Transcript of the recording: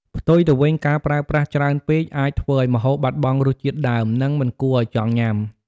ផ្ទុយទៅវិញ ការប្រើប្រាស់ច្រើនពេកអាចធ្វើឱ្យម្ហូបបាត់បង់រសជាតិដើម និងមិនគួរឱ្យចង់ញ៉ាំ។